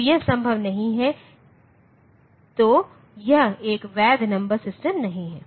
तो यह संभव नहीं है तो यह एक वैध नंबर सिस्टम नहीं है